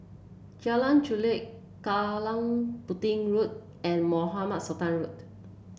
Jalan Chulek Kallang Pudding Road and Mohamed Sultan Road